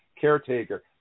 Caretaker